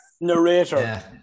narrator